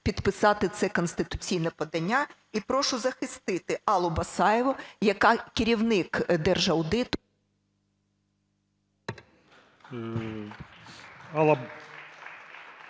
підписати це конституційне подання і прошу захистити Аллу Басаєву, яка керівник Держаудиту…